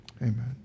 Amen